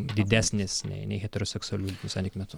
didesnis nei nei heteroseksualių santykių metu